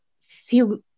feel